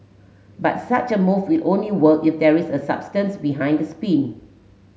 but such a move will only work if there is substance behind the spin